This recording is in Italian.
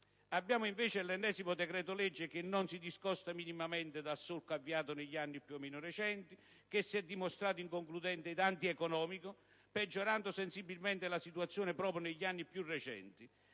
Abbiamo, invece, l'ennesimo decreto-legge che non si discosta minimamente dal solco avviato negli anni più o meno recenti, che si è dimostrato inconcludente e antieconomico, peggiorando sensibilmente la situazione proprio negli anni più recenti.